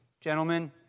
gentlemen